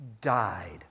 died